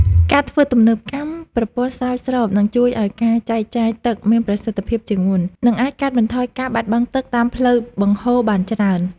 ការធ្វើទំនើបកម្មប្រព័ន្ធស្រោចស្រពនឹងជួយឱ្យការចែកចាយទឹកមានប្រសិទ្ធភាពជាងមុន និងអាចកាត់បន្ថយការបាត់បង់ទឹកតាមផ្លូវបង្ហូរបានច្រើន។